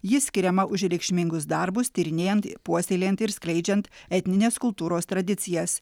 ji skiriama už reikšmingus darbus tyrinėjant ir puoselėjant ir skleidžiant etninės kultūros tradicijas